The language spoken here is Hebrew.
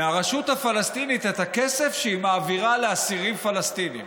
מהרשות הפלסטינית את הכסף שהיא מעבירה לאסירים פלסטינים.